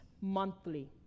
monthly